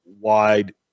wide